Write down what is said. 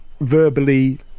verbally